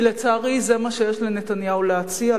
כי לצערי, זה מה שיש לנתניהו להציע.